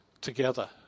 together